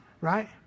right